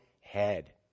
head